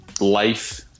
life